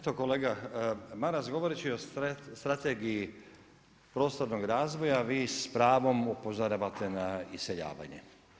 Eto, kolega Maras, govoreći o strategiji prostornog razvoja, vi s pravom upozoravate na iseljavanje.